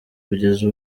kugeza